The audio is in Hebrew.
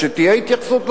שתהיה התייחסות לנושא.